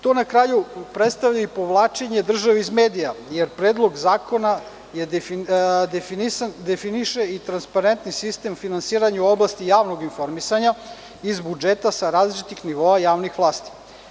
To na kraju predstavlja i povlačenje države iz medija, jer Predlog zakona definiše i transparentni sistem finansiranja u oblasti javnog informisanja iz budžeta sa različitih nivoa javnih vlasti.